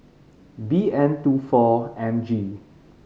B N two four M G